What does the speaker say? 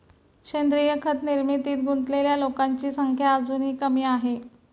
सेंद्रीय खत निर्मितीत गुंतलेल्या लोकांची संख्या अजूनही कमी आहे